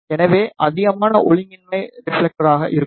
எனவே அதிகமான ஒழுங்கின்மை ரெபிலெக்ட்டாக இருக்கும்